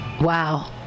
Wow